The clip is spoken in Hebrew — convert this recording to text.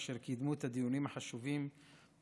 אשר קידמו את הדיונים החשובים בוועדות.